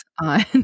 on